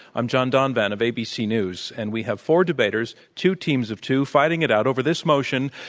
i'm john donvan of abc news. and we have four debaters, two teams of two, fighting it out over this motion,